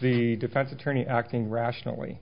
the defense attorney acting rationally